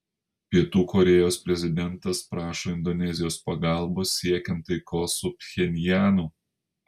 pietų korėjos prezidentas prašo indonezijos pagalbos siekiant taikos su pchenjanu